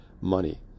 money